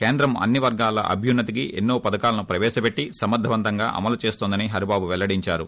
కేంద్రం అన్ని వర్గాల అభ్యున్న తికి ఎన్నో పధకాలను ప్రవేశపెట్టి సమర్గవంతంగా అమలు చేస్తోందని హరిబాబు పెల్లడేంచారు